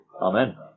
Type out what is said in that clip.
Amen